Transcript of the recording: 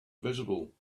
visible